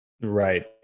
Right